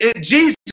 Jesus